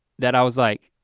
that i was like,